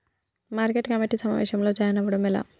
Market committee సమావేశంలో join అవ్వడం ఎలా?